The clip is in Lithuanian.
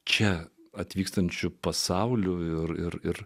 čia atvykstančių pasauliu ir